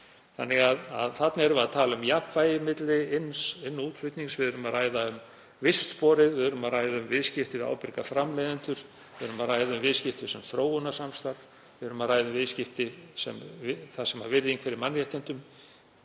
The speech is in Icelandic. Þarna erum við því að tala um jafnvægi milli inn- og útflutnings. Við erum að ræða um vistsporið. Við erum að ræða um viðskipti við ábyrga framleiðendur. Við erum að ræða um viðskipti sem þróunarsamstarf. Við erum að ræða um viðskipti þar sem virðing fyrir mannréttindum